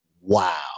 wow